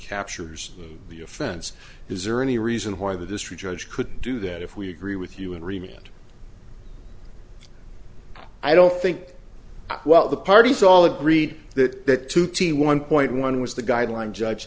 captures the offense is there any reason why the district judge couldn't do that if we agree with you and remained i don't think while the parties all agreed that two t one point one was the guideline judge